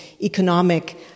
economic